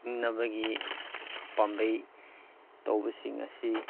ꯍꯤꯡꯅꯕꯒꯤ ꯄꯥꯝꯕꯩ ꯇꯧꯕꯁꯤꯡ ꯑꯁꯤ